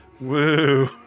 Woo